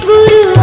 Guru